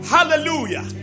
Hallelujah